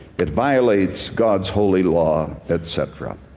it violates god's holy law, et. cetera.